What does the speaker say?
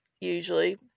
usually